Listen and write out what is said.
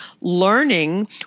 learning